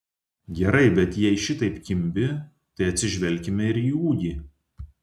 gerai bet jei šitaip kimbi tai atsižvelkime ir į ūgį